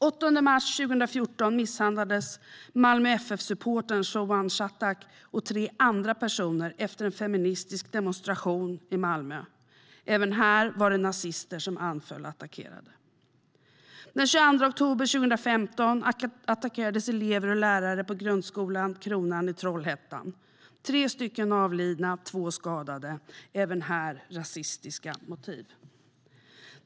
Den 8 mars 2014 misshandlades Malmö FF-supportern Showan Shattak och tre andra personer efter en feministisk demonstration i Malmö. Även här var det nazister som anföll och attackerade. Den 22 oktober 2015 attackerades elever och lärare på grundskolan Kronan i Trollhättan. Tre avled och två skadades, och även här var det rasistiska motiv.